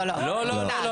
לא, לא.